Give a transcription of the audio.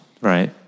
Right